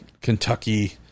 Kentucky